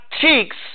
cheeks